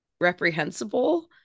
reprehensible